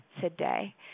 today